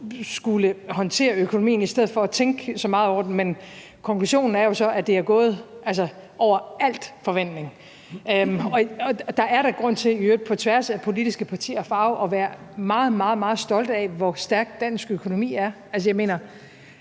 skullet håndtere økonomien i stedet for at tænke så meget over den, men at konklusionen jo så er, at det er gået over al forventning, og at der da i øvrigt er grund til på tværs af politiske partier og farver at være meget, meget stolte af, hvor stærk dansk økonomi er, altså den